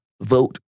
Vote